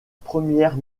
première